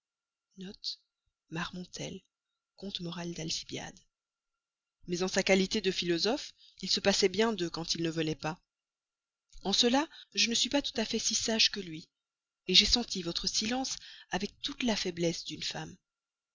malheureux mais en sa qualité de philosophe il se passait bien d'eux quand il ne venaient pas en cela je ne suis pas tout à fait si sage que lui j'ai senti votre silence avec toute la faiblesse d'une femme